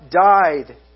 died